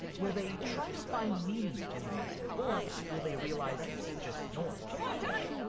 will they try to find meaning in the message, or will they realize it's just noise? oh, i'm done!